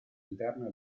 interna